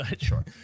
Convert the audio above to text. Sure